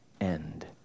end